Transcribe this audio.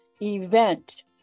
event